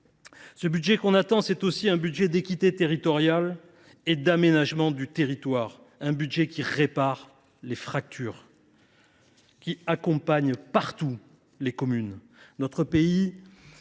Le budget que nous attendons, c’est aussi un budget d’équité territoriale et d’aménagement du territoire : un budget qui répare les fractures et accompagne toutes les communes. Notre pays